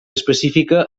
específica